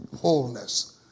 wholeness